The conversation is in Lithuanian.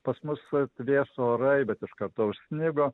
pas mus atvėso orai bet iš karto užsnigo